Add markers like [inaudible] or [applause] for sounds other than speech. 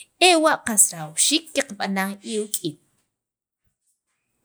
ewa' qas rajawxiik qaqb'an awuk'in [noise]